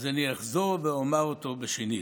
אז אני אחזור, ואומר אותו שנית: